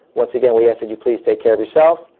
once again we ask that you please take care of yourself,